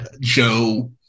Joe